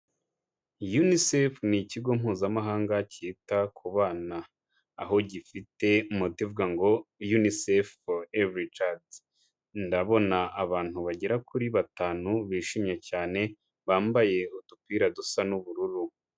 UNICEF ni ikigo mpuzamahanga cyita ku bana. Aho gifite motto ivuga ngo UNICEF for every child. Ndabona abantu bagera kuri batanu bishimye cyane, bambaye udupira dusa n'ubururu.